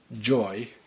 joy